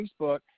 Facebook